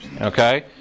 okay